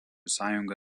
sąjunga